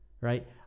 right